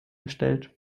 gestellt